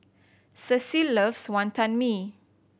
Cecile loves Wonton Mee